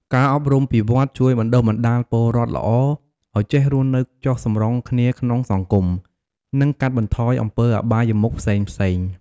ការអប់រំពីវត្តជួយបណ្ដុះបណ្ដាលពលរដ្ឋល្អឲ្យចេះរស់នៅចុះសម្រុងគ្នាក្នុងសង្គម និងកាត់បន្ថយអំពើអបាយមុខផ្សេងៗ។